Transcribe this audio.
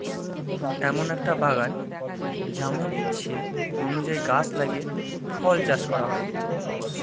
এমন একটা বাগান যেমন ইচ্ছে অনুযায়ী গাছ লাগিয়ে ফল চাষ করা হয়